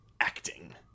acting